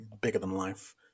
bigger-than-life